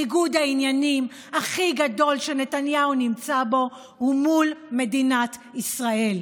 ניגוד העניינים הכי גדול שנתניהו נמצא בו הוא מול מדינת ישראל,